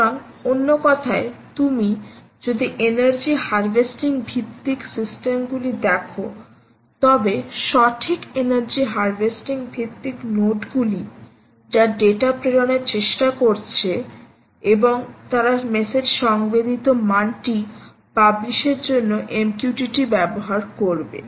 সুতরাং অন্য কথায় তুমি যদি এনার্জি হারভেস্টিং ভিত্তিক সিস্টেমগুলি দেখো তবে সঠিক এনার্জি হারভেস্টিং ভিত্তিক নোডগুলি যা ডেটা প্রেরণের চেষ্টা করছে এবং তারা মেসেজ সংবেদিত মানটি পাবলিশের জন্য MQTT ব্যবহার করবে